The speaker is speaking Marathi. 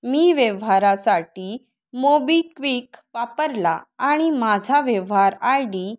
मी व्यवहारासाठी मोबीक्वीक वापरला आणि माझा व्यवहार आय डी